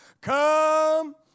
Come